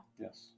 yes